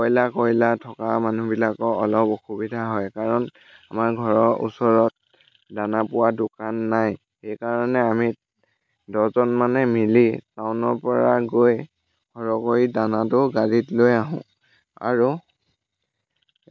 broiler কয়লাৰ থকা মানুহবিলাকৰ অলপ অসুবিধা হয় কাৰণ আমাৰ ঘৰৰ ওচৰত দানা পোৱা দোকান নাই সেইকাৰণে আমি দহজন মানে মিলি টাউনৰ পৰা গৈ সৰহকৈ দানাটো গাড়ীত লৈ আহোঁ আৰু